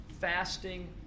fasting